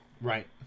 Right